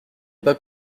pas